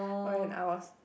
oh and I was